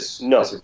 No